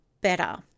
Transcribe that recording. better